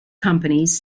companies